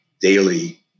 daily